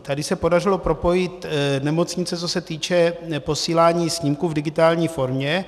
Tady se podařilo propojit nemocnice, co se týče posílání snímků v digitální formě.